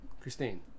Christine